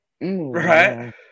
Right